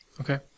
Okay